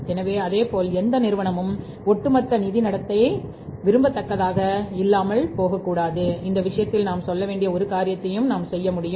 எனவே இதேபோல் எந்தவொரு நிறுவனமும் ஒட்டுமொத்த நிதி நடத்தை விரும்பத்தகாததாகத் தோன்றினால் அந்த விஷயத்தில் நாம் செய்ய வேண்டிய ஒரு காரியம் விகிதங்களை கணக்கிட்டு பார்ப்பதாகும்